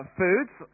foods